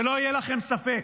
שלא יהיה לכם ספק,